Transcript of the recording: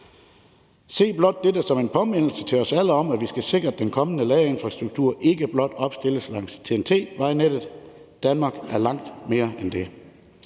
Se blot dette som en påmindelse til os alle om, at vi skal sikre, at den kommende ladeinfrastruktur ikke blot opstilles langs TEN-T-vejnettet. Danmark er langt mere end det.